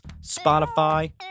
Spotify